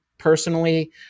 Personally